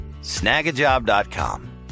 snagajob.com